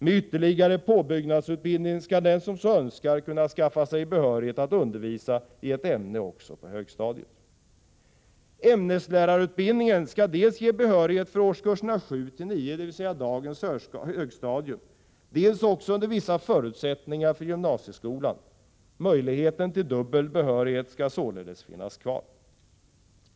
Med ytterligare påbyggnadsutbildning skall den som så önskar kunna skaffa sig behörighet att undervisa i ett ämne också på högstadiet. Ämneslärarutbildningen skall dels ge behörighet för årskurserna 7-9, dvs. dagens högstadium, dels också under vissa förutsättningar för gymnasieskolan. Möjligheten till dubbel behörighet skall således finnas kvar.